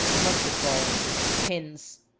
musket-balls, pins,